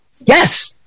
Yes